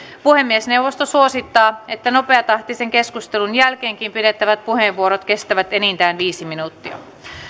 puhemiesneuvosto suosittaa että nopeatahtisen keskustelun jälkeenkin pidettävät puheenvuorot kestävät enintään viisi minuuttia